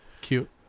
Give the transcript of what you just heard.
Cute